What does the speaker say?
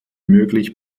möglich